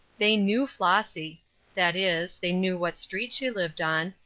they knew flossy that is, they knew what street she lived on,